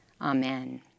amen